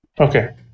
Okay